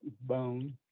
bone